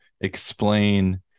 explain